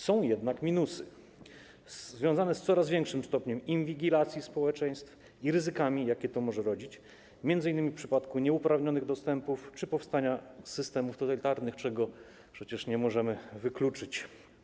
Są jednak minusy związane z coraz większym stopniem inwigilacji społeczeństw i ryzykami, jakie może to rodzić, m.in. w przypadku nieuprawnionych dostępów czy powstania systemów totalitarnych, czego przecież nie możemy wykluczyć.